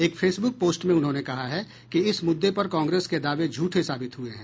एक Facebook post में उन्होंने कहा है कि इस मुद्दे पर कांग्रेस के दावे झूठे साबित हुए हैं